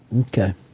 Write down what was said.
Okay